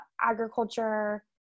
Agriculture